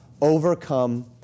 overcome